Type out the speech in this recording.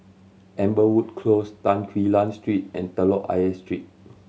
Amberwood Close Tan Quee Lan Street and Telok Ayer Street